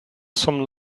some